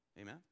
Amen